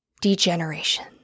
degeneration